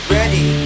Ready